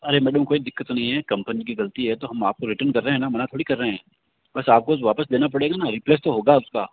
अरे मैडम कोई दिक्कत नहीं है कंपनी की गलती है तो हम आपको रिटर्न कर रहे हैं न मना थोड़ी कर रहे हैं बस आपको वापस देना पड़ेगा न रिप्लेस तो होगा उसका